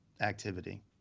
activity